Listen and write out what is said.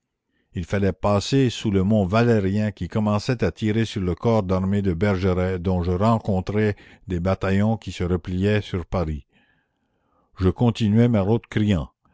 il fallait passer sous le mont valérien qui commençait à tirer sur le corps d'armée de bergeret dont je rencontrai des bataillons qui se repliaient sur paris je continuais